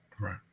right